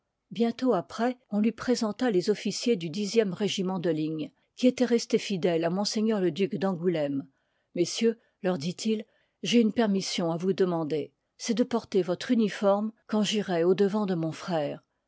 bientôt après on lui présenta les officiers du dixième régiment de ligne qui étoit resté fidèle à ms le duc d'angoulême messieurs leur dit-il w j'ai une permission à vous demander c'est de porter votre uniforme quand yy j'irai au devant de mon frère